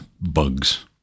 bugs